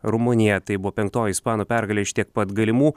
rumuniją tai buvo penktoji ispanų pergalė iš tiek pat galimų